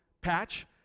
patch